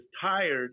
tired